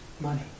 Money